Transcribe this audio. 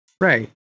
Right